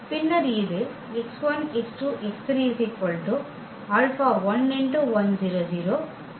பின்னர் இது